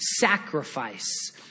sacrifice